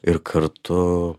ir kartu